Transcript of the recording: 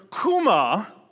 kuma